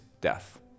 death